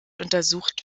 untersucht